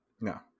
no